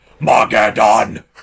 Mageddon